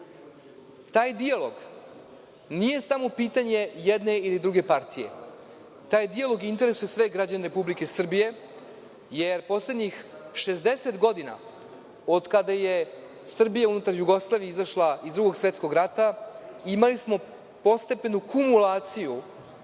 Taj dijalog nije samo pitanje jedne ili druge partije, taj dijalog interesuje sve građane Republike Srbije, jer poslednjih 60 godina od kada je Srbija unutar Jugoslavije izašla iz Drugog svetskog rata imali smo postepenu kumulaciju